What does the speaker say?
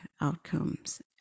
outcomes